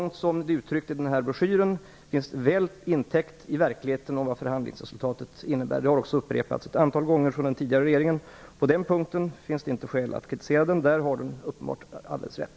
Det som uttrycks i den broschyr om förhandlingsresultatet som Peter Eriksson hänvisar till finns det täckning för i verkligheten. Det har också upprepats ett antal gånger av den tidigare regeringen. På den punkten finns det inte skäl att kritisera den förra regeringen. Där har den alldeles rätt.